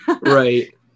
right